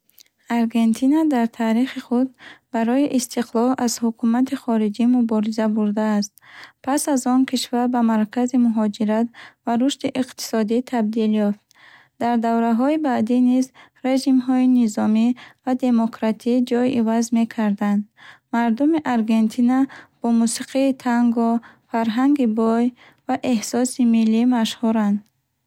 Аргентина дар таърихи худ барои истиқлол аз ҳукумати хориҷӣ мубориза бурдааст. Пас аз он кишвар ба маркази муҳоҷират ва рушди иқтисодӣ табдил ёфт. Дар давраҳои баъдӣ низ режимҳои низомӣ ва демократӣ ҷой иваз мекарданд. Мардуми Аргентина бо мусиқии танго, фарҳанги бой ва эҳсоси миллӣ машҳуранд.